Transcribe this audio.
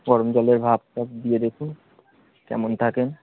গরম জলের ভাবটা দিয়ে দেখুন কেমন থাকেন